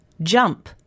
jump